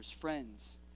Friends